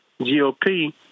GOP